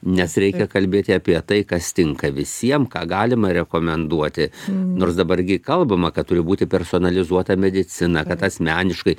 nes reikia kalbėti apie tai kas tinka visiem ką galima rekomenduoti nors dabar gi kalbama kad turi būti personalizuota medicina kad asmeniškai